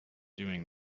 doing